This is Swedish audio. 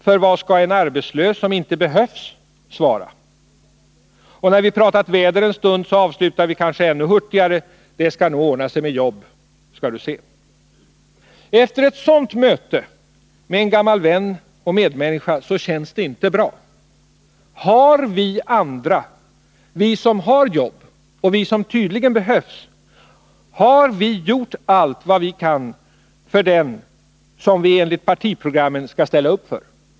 För vad skall en arbetslös, som inte behövs, svara? Och när vi pratat om vädret en stund avslutar vi kanske ännu hurtigare: ”Det skall nog ordna sig med jobb, skall du se!” Efter ett sådant möte med en gammal vän och medmänniska känns det inte bra. Har vi andra, vi som har jobb och vi som tydligen behövs, gjort allt vad vi kan för den som vi enligt partiprogrammet skall ställa upp för?